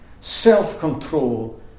self-control